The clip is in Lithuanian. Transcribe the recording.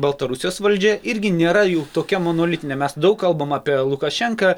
baltarusijos valdžia irgi nėra jau tokia monolitinė mes daug kalbam apie lukašenką